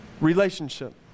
relationship